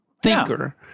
thinker